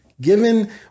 Given